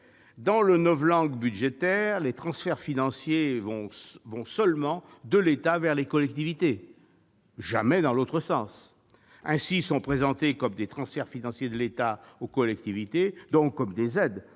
Dans la novlangue budgétaire, les transferts financiers vont seulement de l'État vers les collectivités, et jamais dans l'autre sens. Ainsi sont présentés comme des « transferts financiers de l'État aux collectivités », donc comme des aides